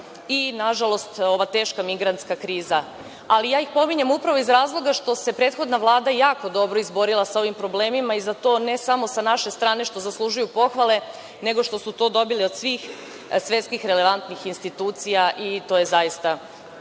i nažalost, ova teška migrantska kriza. Pominjem ih upravo iz razloga što se prethodna Vlada jako dobro izborila sa ovim problemima i za to ne samo što sa naše strane zaslužuju pohvale, nego što su to dobili od svih svetskih relevantnih institucija i to je zaista